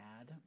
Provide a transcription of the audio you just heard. add